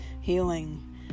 healing